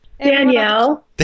Danielle